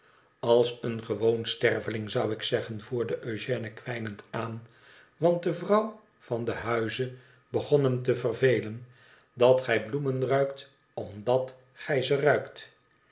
als een gewoon sterveling zou ik zeggen voerde eugène kwijnend aan want de vrouw van den huize begon hem te vervelen dat gij bloemen ruikt omdat gij ze ruikt